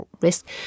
risk